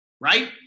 right